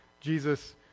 Jesus